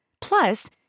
Plus